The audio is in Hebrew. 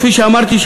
כפי שאמרתי,